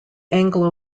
anglo